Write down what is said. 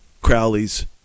crowley's